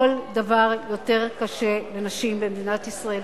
כל דבר יותר קשה לנשים במדינת ישראל,